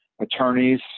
attorneys